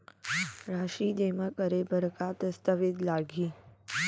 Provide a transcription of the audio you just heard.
राशि जेमा करे बर का दस्तावेज लागही?